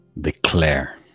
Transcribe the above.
declare